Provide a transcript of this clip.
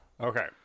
Okay